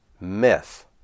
myth